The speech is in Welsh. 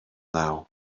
naw